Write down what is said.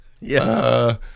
Yes